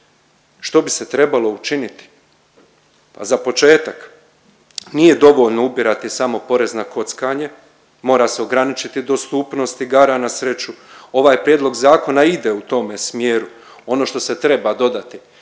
Što bi se trebalo učiniti? Pa za početak nije dovoljno samo ubirati porez na kockanje, mora se ograničiti dostupnost igara na sreću. Ovaj prijedlog zakona ide u tome smjeru. Ono što se treba dodati